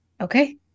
Okay